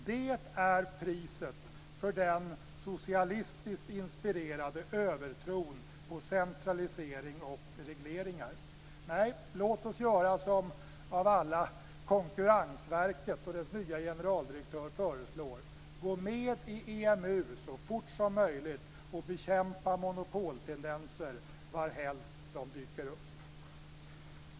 Det är kostnaden för den socialistiskt inspirerade övertron på centralisering och regleringar. Nej, låt oss göra så som - av alla - Konkurrensverkets nya generaldirektör föreslår: gå med i EMU så fort som möjligt och bekämpa monopoltendenser varhelst de dyker upp.